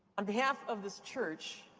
on behalf of this church,